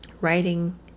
writing